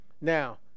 Now